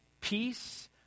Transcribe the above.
peace